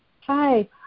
Hi